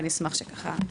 ואני אשמח שתדבר.